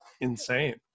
insane